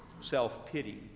self-pity